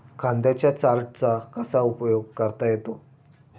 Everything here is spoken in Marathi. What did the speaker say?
खात्यांच्या चार्टचा कसा उपयोग करता येतो?